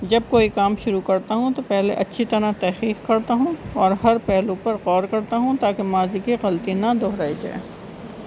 جب کوئی کام شروع کرتا ہوں تو پہلے اچھی طرح تحقیق کرتا ہوں اور ہر پہلو پر غور کرتا ہوں تاکہ ماضی کیی غلطی نہ دہرائی جائے